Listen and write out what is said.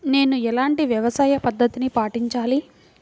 నేను ఎలాంటి వ్యవసాయ పద్ధతిని పాటించాలి?